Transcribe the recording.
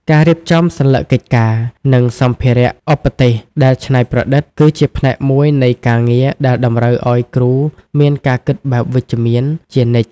ការរៀបចំសន្លឹកកិច្ចការ និងសម្ភារៈឧបទេសដែលច្នៃប្រឌិត គឺជាផ្នែកមួយនៃការងារដែលតម្រូវឱ្យគ្រូមានការគិតបែបវិជ្ជមានជានិច្ច។